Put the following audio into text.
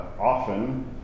often